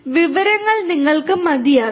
വിവരങ്ങൾ നിങ്ങൾക്ക് മതിയാകും